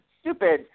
stupid